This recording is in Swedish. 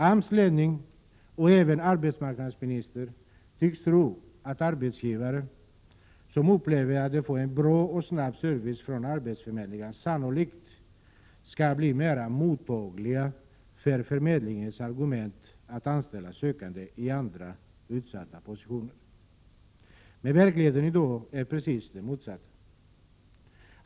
AMS ledning, och även arbetsmarknadsministern, tycks tro att arbetsgivare som upplever att de får en bra och snabb service från arbetsförmedlingen sannolikt skall bli mera mottagliga för förmedlingens argument att arbetssökande i utsatt belägenhet i första hand bör anställas. Verkligheten är i dag den motsatta.